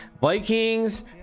Vikings